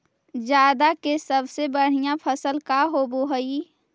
जादा के सबसे बढ़िया फसल का होवे हई?